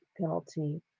penalty